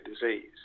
disease